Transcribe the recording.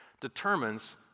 determines